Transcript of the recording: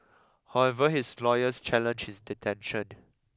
however his lawyers challenged his detention